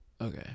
okay